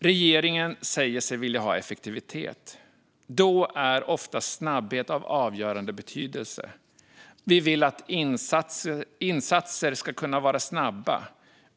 Regeringen säger sig vilja ha effektivitet. Då är ofta snabbhet av avgörande betydelse. Vi vill att insatser ska kunna vara snabba.